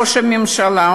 ראש הממשלה,